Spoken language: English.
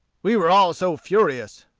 we were all so furious,